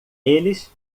eles